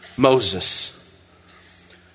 Moses